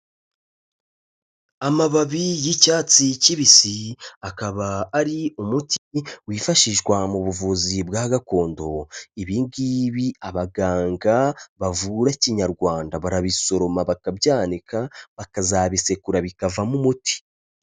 Amababi y'icyatsi kibisi, akaba ari umuti wifashishwa mu buvuzi bwa gakondo, ibi ngibi abaganga bavura Kinyarwanda barabisoroma bakabyanika bakazabisekura bikavamo umuti.